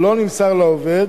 או לא נמסר לעובד,